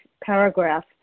paragraph